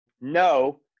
no